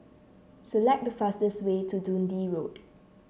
select the fastest way to Dundee Road